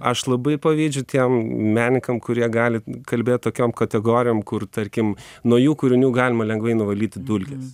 aš labai pavydžiu tiem menininkam kurie gali kalbėt tokiom kategorijom kur tarkim nuo jų kūrinių galima lengvai nuvalyti dulkes